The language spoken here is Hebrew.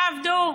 תעבדו.